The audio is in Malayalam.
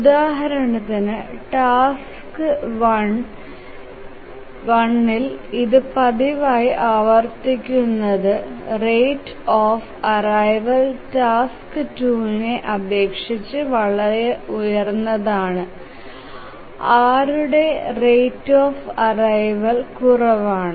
ഉദാഹരണത്തിന് ടാസ്ക് 1 ൽ ഇത് പതിവായി ആവർത്തിക്കുന്നത് റേറ്റ് ഓഫ് ആരൈവൾ ടാസ്ക് 2 നെ അപേക്ഷിച്ച് വളരെ ഉയർന്നതാണ് ആരുടെ റേറ്റ് ഓഫ് ആരൈവൾ കുറവാണ്